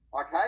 Okay